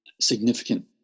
significant